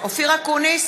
אופיר אקוניס,